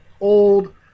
old